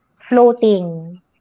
floating